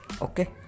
okay